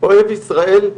אוהב ישראל,